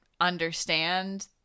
understand